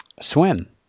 swim